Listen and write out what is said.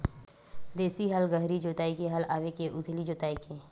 देशी हल गहरी जोताई के हल आवे के उथली जोताई के?